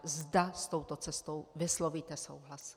Zda s touto cestou vyslovíte souhlas.